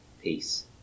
peace